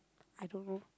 I don't know